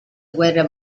guerra